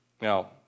Now